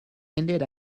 indeed